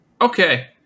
Okay